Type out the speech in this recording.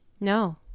No